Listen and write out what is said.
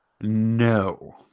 No